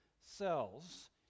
cells